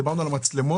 דיברנו על המצלמות.